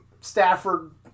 Stafford